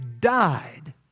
died